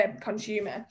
consumer